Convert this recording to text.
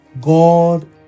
God